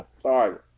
sorry